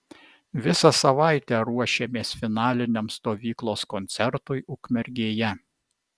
visą savaitę ruošėmės finaliniam stovyklos koncertui ukmergėje